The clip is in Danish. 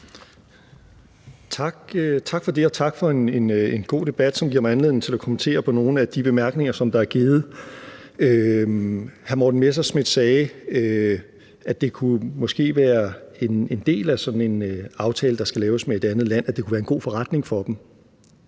Tak for det, og tak for en god debat, som giver mig anledning til at kommentere på nogle af de bemærkninger, som der er givet. Hr. Morten Messerschmidt sagde, at en del af sådan en aftale, der skal laves med et andet land, måske kunne være, at det var en god forretning for dem.